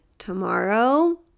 Tomorrow